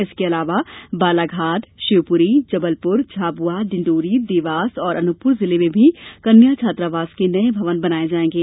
इसके अलावा बालाघाट शिवपुरी जबलपुर झाबुआ डिण्डोरी देवास और अनूपपुर जिले में भी कन्या छात्रावास के नये भवन बनाये जायेंगे